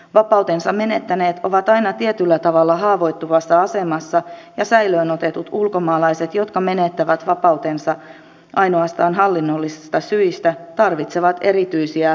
vapautensa menettäneet ovat aina tietyllä tavalla haavoittuvassa asemassa ja säilöön otetut ulkomaalaiset jotka menettävät vapautensa ainoastaan hallinnollisista syistä tarvitsevat erityisiä oikeusturvatakeita